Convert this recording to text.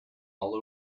all